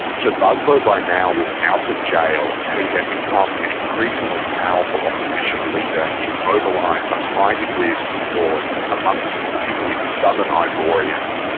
so gbagbo by now was out of jail he had become an increasingly powerful opposition leader he'd mobilised a high degree of support amongst particularly southern ivorians.